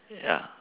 ya